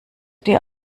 dir